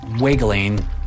wiggling